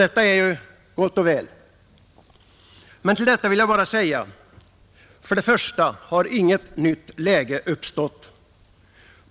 Detta är ju gott och väl. Men till detta vill jag bara säga: Inget nytt läge har uppstått!